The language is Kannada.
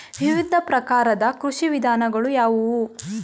ವಿವಿಧ ಪ್ರಕಾರದ ಕೃಷಿ ವಿಧಾನಗಳು ಯಾವುವು?